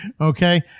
Okay